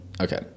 Okay